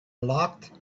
locked